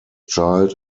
child